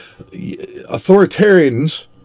authoritarians